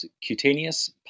cutaneous